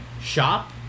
shop